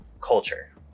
culture